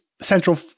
central